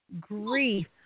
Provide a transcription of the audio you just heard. grief